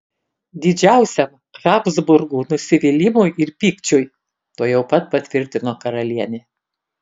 didžiausiam habsburgų nusivylimui ir pykčiui tuojau pat patvirtino karalienė